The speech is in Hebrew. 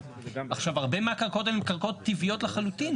הרבה מהקרקעות הן קרקעות טבעיות לחלוטין.